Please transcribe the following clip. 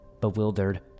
Bewildered